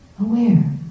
aware